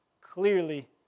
clearly